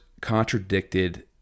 contradicted